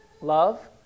love